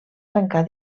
tancar